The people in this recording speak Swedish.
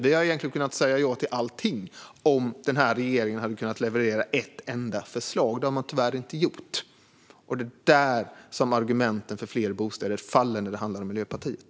Vi hade egentligen kunnat säga ja till allt om regeringen hade kunnat leverera ett enda förslag, men det har man tyvärr inte gjort. Och det är här argumenten för fler bostäder faller när det handlar om Miljöpartiet.